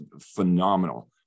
phenomenal